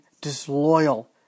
disloyal